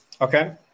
okay